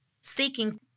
seeking